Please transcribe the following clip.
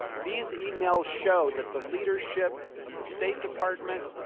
these emails show that the leadership of the state department,